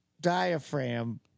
diaphragm